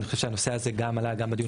אני חושב שהנושא הזה גם עלה גם בדיון